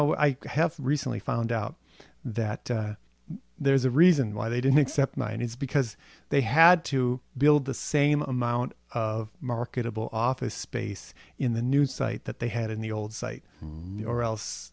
know i have recently found out that there's a reason why they didn't accept mine is because they had to build the same amount of marketable office space in the new site that they had in the old site or else